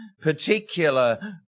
particular